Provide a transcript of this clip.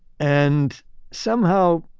and somehow,